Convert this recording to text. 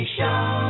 Show